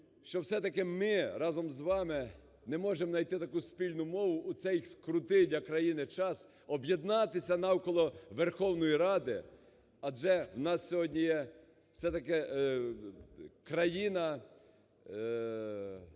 що все-таки ми разом з вами не можемо найти таку спільну мову у цей скрутний для країни час, об'єднатися навколо Верховної Ради. Адже в нас сьогодні є все-таки країна,